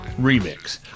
Remix